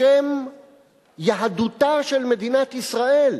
בשם יהדותה של מדינת ישראל,